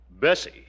Bessie